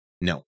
No